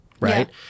right